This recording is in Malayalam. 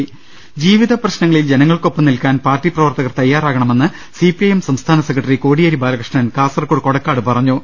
്്്്്് ജീവിത പ്രശ്നങ്ങളിൽ ജനങ്ങൾക്കൊപ്പം നിൽക്കാൻ പാർട്ടി പ്രവർത്ത കർ തയ്യാറാകണമെന്ന് സി പി ഐ എം സംസ്ഥാന സെക്രട്ടറി കോടിയേരി ബാല കൃഷ്ണൻ കാസർകോട് കൊടക്കാട് പറഞ്ഞു